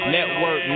Network